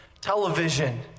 television